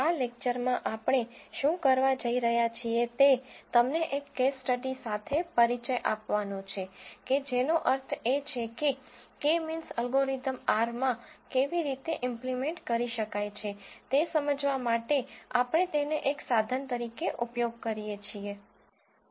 આ લેકચરમાં આપણે શું કરવા જઈ રહ્યા છીએ તે તમને એક કેસ સ્ટડી સાથે પરિચય આપવાનું છે કે જેનો અર્થ એ છે કે કે મીન્સ એલ્ગોરિધમ R માં કેવી રીતે ઈમ્પલીમેન્ટ કરી શકાય છે તે સમજાવવા માટે આપણે તેને એક સાધન તરીકે ઉપયોગ કરીએ છીએ